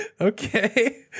Okay